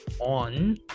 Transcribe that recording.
on